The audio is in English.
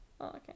okay